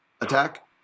attack